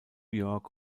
york